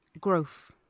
growth